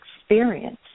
experience